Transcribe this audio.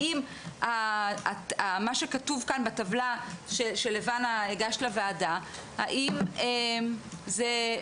האם מה שכתוב כאן בטבלה שלבנה הגישה לוועדה זה מספיק,